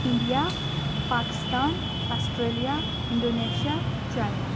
India Pakistan Australia Indonesia China